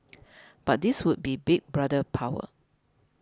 but this would be Big Brother power